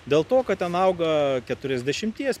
dėl to kad ten auga keturiasdešimties